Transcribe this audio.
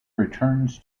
returns